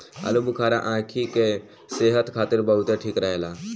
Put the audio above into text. आलूबुखारा आंखी के सेहत खातिर बहुते ठीक रहेला